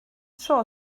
tro